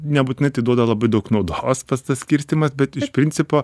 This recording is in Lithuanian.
nebūtinai tai duoda labai daug naudos pats tas skirstymas bet iš principo